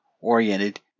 oriented